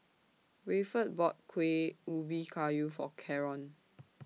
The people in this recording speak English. Rayford bought Kuih Ubi Kayu For Caron